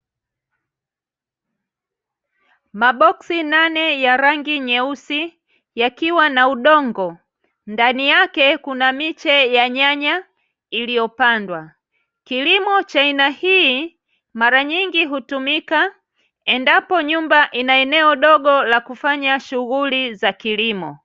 Maboksi nane ya rangi nyeusi yakiwa na udongo. Ndani yake kuna miche ya nyanya iliyopandwa. Kilimo cha aina hii mara nyingi hutumika endapo nyumba ina eneo dogo la kufanya shughuli za kilimo.